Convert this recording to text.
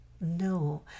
no